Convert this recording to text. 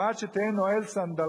או עד שתהא נועל סנדלך,